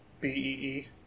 B-E-E